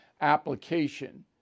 application